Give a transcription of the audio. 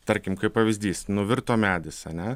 tarkim kaip pavyzdys nuvirto medis ane